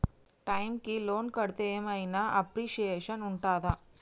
Time కి loan కడ్తే ఏం ఐనా అప్రిషియేషన్ ఉంటదా?